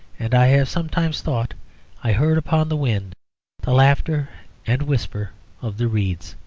and i have sometimes thought i heard upon the wind the laughter and whisper of the reeds.